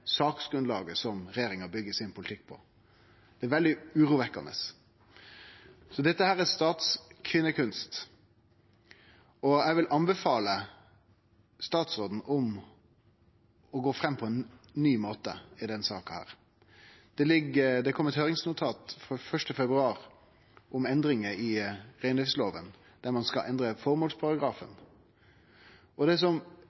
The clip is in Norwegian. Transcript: saksgrunnlaget som regjeringa byggjer politikken sin på. Det er veldig urovekkjande. Dette er statskvinnekunst, og eg vil anbefale statsråden om å gå fram på ein ny måte i denne saka. Det kom eit høyringsnotat 1. februar om endringar i reindriftsloven, der ein skal endre føremålsparagrafen. Det som